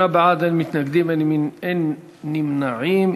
שמונה בעד, אין מתנגדים, אין נמנעים.